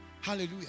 Hallelujah